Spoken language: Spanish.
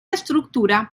estructura